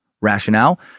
rationale